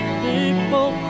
people